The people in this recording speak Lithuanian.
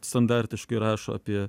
standartiškai rašo apie